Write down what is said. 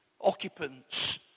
Occupants